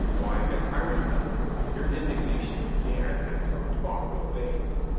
why, as i remember, your indig nation began at some talk of babes.